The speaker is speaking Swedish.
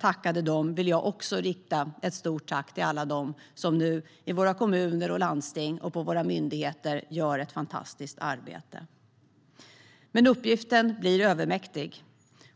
tackade dem vill även jag rikta ett stort tack till alla dem som i våra kommuner och landsting och vid våra myndigheter gör ett fantastiskt arbete. Uppgiften blir dock övermäktig.